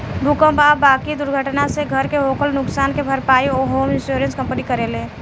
भूकंप आ बाकी दुर्घटना से घर के होखल नुकसान के भारपाई होम इंश्योरेंस कंपनी करेले